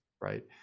right